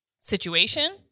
situation